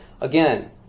again